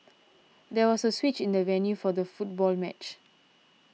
there was a switch in the venue for the football match